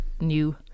new